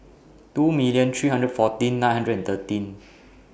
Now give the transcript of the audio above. two million three hundred fourteen nine hundred and thirteen